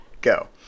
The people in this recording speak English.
go